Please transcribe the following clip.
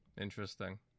Interesting